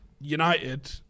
United